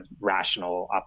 rational